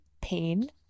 pain